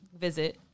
visit